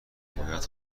باید